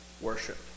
worship